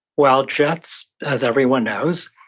well, jets, as everyone knows,